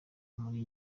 muri